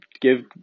give